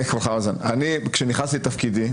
כשנכנסתי לתפקידי,